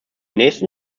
nächsten